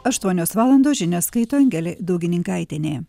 aštuonios valandos žinias skaito angelė daugininkaitienė